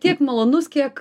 tiek malonus kiek